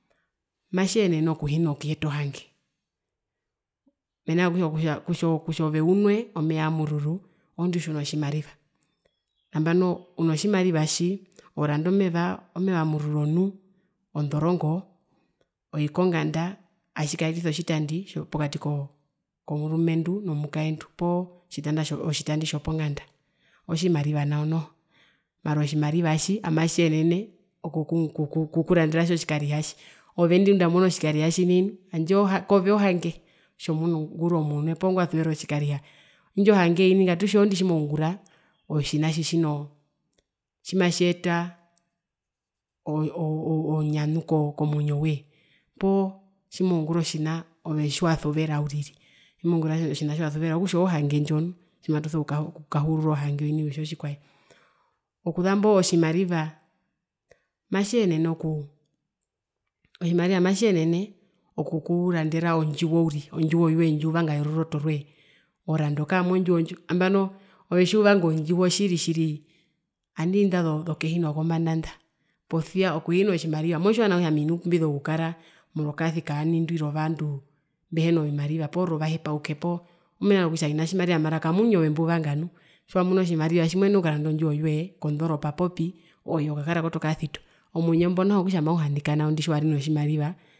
Matjiyenene okuhina kuyeta ohange, mena rokutja ove unwe uwe omeya yamururu orondu tjiuno tjimariva nambano uno tjimariva tji oranda omeva wamururu onu ondorongo, oi kongnda atjikaetisa otjitandi tjopokati komurumendu nomukaendu poo tjitandi tjoponganda otjimariva nao noho mara otjimarivahi amatjiyenene okuku okuranera iho tjikarihatji ove ngunda amonu otjitjo tjikarihatji kove tjandje ohange komuhingo mundu munwe poo ngwasuvera otjikariha indjo hange oini ngatutje oondi tjimoungura otjina tjitjino tjimatjiyeta oo oo ounyanu komwinyo woye poo tjimoungura otjina ove tjiwasuvera uriri tjimoungura otjina tjiwasuvera okutja oohange ndjo nu tjimatupaha okukahurura ohange oini kutja otjikwae. Okuzambo tjimariva matjiyenene okuuu otjimariva tjiyenene okukurandera ondjiwo uriri ondjiwo yoye ove ndjiuvanga yoruroto roye nambano ove tjiuvanga ondjiwo tjiri tjiri nandi inda zokehi nokombanda nda posia okuhina tjimariva motjiwa nawa kutja ami nu pumbizo kukara morokaasi kaani ndwi rovandu mbehena vimariva poo rovahepauke poo omena rokutja kona tjimariva mara kamwinyo ove mbuvanga nu tjiwamunu otjimarivatji moenene okukaranda ondjiwo yoye kondoropa poo pi oi okakara kotokaazi to omwinyo okutja mauhanika nao indi tjiwari notjimariva.